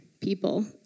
people